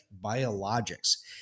Biologics